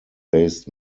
based